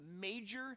major